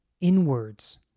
inwards